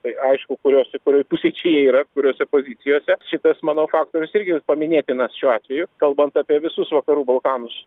tai aišku kurios kurioj pusėj čia jie yra kuriose pozicijose šitas mano faktorius irgi paminėtinas šiuo atveju kalbant apie visus vakarų balkanus